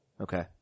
Okay